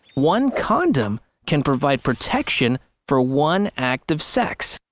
one condom can provide protection for one act of sex.